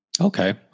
okay